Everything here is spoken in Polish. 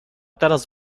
teraz